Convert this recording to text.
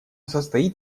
состоит